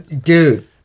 Dude